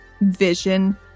vision